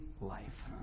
life